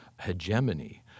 hegemony